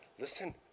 Listen